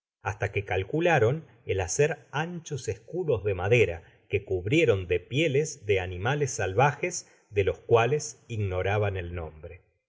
hasta que calcularon el hacer anchos escudos de madera que cubrieron de pieles de animales salvajes do los cuales ignoraban el nombre